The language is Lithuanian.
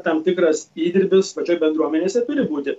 tam tikras įdirbis pačioj bendruomenėj jisai turi būti